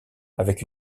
avec